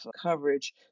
coverage